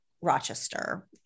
Rochester